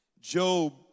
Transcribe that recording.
Job